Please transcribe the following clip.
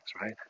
right